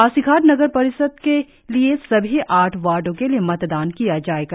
पासीघाट नगर परिषद के लिए सभी आठ वार्डो के लिए मतदान किया जाएगा